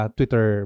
Twitter